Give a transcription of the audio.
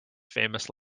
famous